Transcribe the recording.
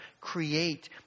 create